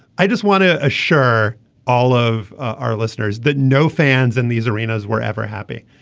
i just want to assure all of our listeners that no fans in these arenas wherever happy.